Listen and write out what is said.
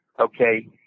okay